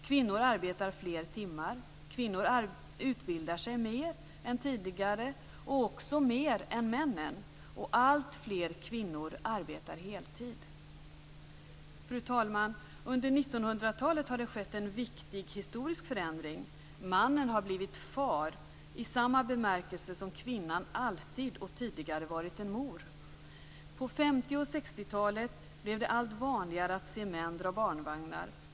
Kvinnor arbetar fler timmar, kvinnor utbildar sig mer än tidigare, och också mer än männen, och allt fler kvinnor arbetar heltid. Fru talman! Under 1900-talet har det skett en viktig historisk förändring. Mannen har blivit far i samma bemärkelse som kvinnan alltid tidigare varit mor. På 1950 och 1960-talen blev det allt vanligare att se män dra barnvagnar.